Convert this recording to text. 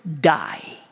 die